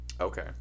Okay